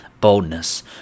Boldness